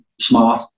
smart